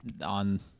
on